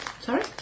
Sorry